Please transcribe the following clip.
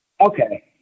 Okay